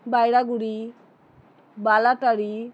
Bairaguri Balatari